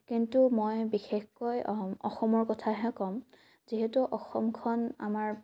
কিন্তু মই বিশেষকৈ অহম অসমৰ কথাহে ক'ম যিহেতু অসমখন আমাৰ